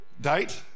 date